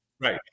Right